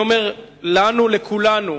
אני אומר לנו, לכולנו: